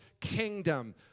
kingdom